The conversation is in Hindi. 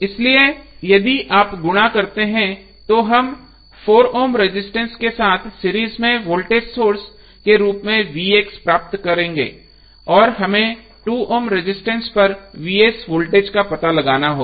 इसलिए यदि आप गुणा करते हैं तो हम 4 ओम रजिस्टेंस के साथ सीरीज में वोल्टेज सोर्स के रूप में प्राप्त करेंगे और हमें 2 ओम रजिस्टेंस पर वोल्टेज का पता लगाना होगा